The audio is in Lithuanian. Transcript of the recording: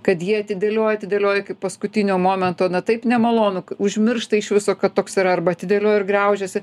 kad jie atidėlioja atidėlioja iki paskutinio momento na taip nemalonu užmiršta iš viso kad toks yra arba atidėlioja ir griaužiasi